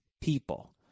People